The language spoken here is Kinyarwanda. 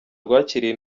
rwakiriye